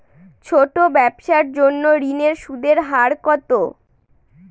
ছোট ব্যবসার জন্য ঋণের সুদের হার কত?